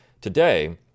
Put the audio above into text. today